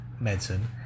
medicine